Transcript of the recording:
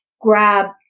Grab